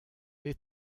les